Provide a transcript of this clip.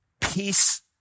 peace